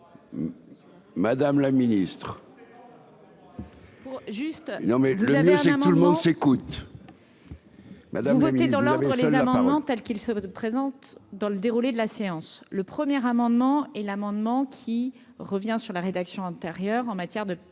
monde s'écoutent. Voter dans l'ordre les amendements tels qu'il se présente dans le déroulé de la séance, le premier amendement et l'amendement qui revient sur la rédaction. Ailleurs, en matière de